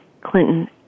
Clinton